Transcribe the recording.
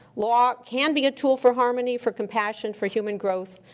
law can be a tool for harmony, for compassion, for human growth,